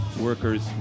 workers